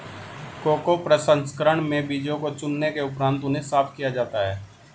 cocoa प्रसंस्करण में बीजों को चुनने के उपरांत उन्हें साफ किया जाता है